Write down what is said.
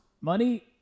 Money